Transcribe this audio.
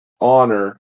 honor